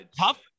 tough